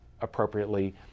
appropriately